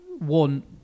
want